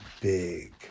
big